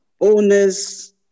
owners